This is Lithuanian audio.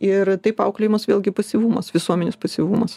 ir taip auklėjimas vėlgi pasyvumas visuomenės pasyvumas